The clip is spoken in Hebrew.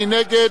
מי נגד?